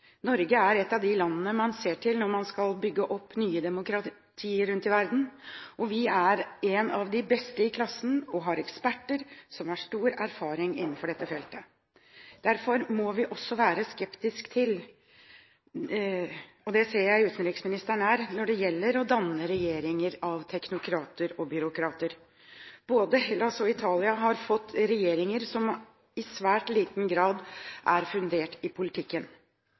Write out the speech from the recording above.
Norge er et av de landene man ser til når man skal bygge opp nye demokratier rundt om i verden. Vi er en av de beste i klassen og har eksperter som har stor erfaring innenfor dette feltet. Derfor må vi også være skeptiske til – det ser jeg at utenriksministeren er – det å danne regjeringer av teknokrater og byråkrater. Både Hellas og Italia har fått regjeringer som i svært liten grad er fundert i politikken.